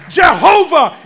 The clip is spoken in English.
jehovah